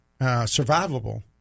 survivable